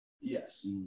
Yes